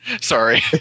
Sorry